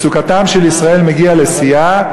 מצוקתם של ישראל מגיעה לשיאה,